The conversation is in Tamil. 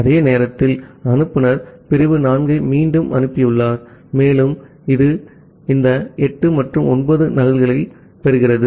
அந்த நேரத்தில் அனுப்புநர் பிரிவு 4 ஐ மீண்டும் அனுப்பியுள்ளார் மேலும் இது இந்த 8 மற்றும் 9 நகல் ஒப்புதலைப் பெறுகிறது